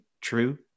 true